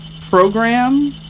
program